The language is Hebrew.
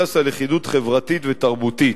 המבוסס על לכידות חברתית ותרבותית.